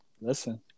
Listen